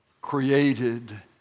created